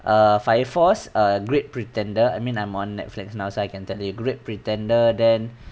err five force err great pretender I mean I'm on netflix now so I can tell you great pretender then